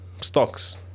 stocks